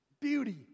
Beauty